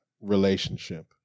relationship